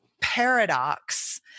paradox